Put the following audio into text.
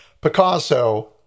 Picasso